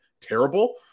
terrible